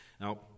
Now